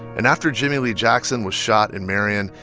and after jimmie lee jackson was shot in marion,